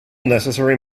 necessary